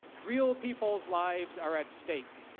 real people's lives are at stake.